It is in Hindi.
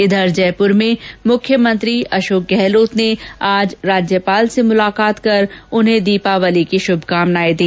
इधर जयपुर में मुख्यमंत्री अशोक गहलोत ने आज राज्यपाल से मुलाकात कर उन्हें दीपावली की बधाई और शुभकामना दी